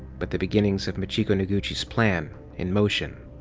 but the beginnings of machiko noguchi's plan in motion.